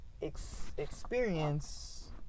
experience